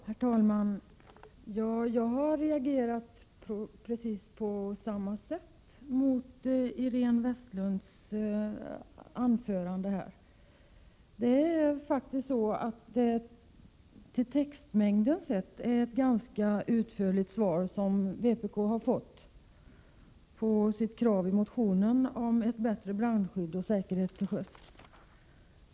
Herr talman! Jag har reagerat på precis samma sätt mot Iréne Vestlunds anförande. Sett till textmängden är det ett ganska utförligt svar som vpk har fått beträffande kravet i motionen om ett bättre brandskydd och bättre säkerhet till sjöss.